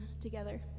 together